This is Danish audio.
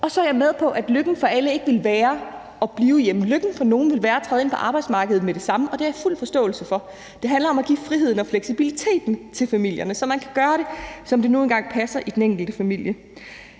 og jeg er med på, at lykken for alle ikke vil være at blive hjemme, og at lykken for nogle vil være at træde ind på arbejdsmarkedet med det samme, og det har jeg fuld forståelse for. For det handler om at give friheden og fleksibiliteten til familierne, så man kan gøre det, som det nu engang passer ind i den enkelte familie.